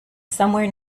somewhere